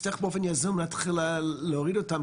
לצערי לא הזמנו נציג מעיריית ירושלים,